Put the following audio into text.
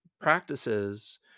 practices